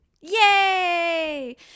yay